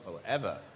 forever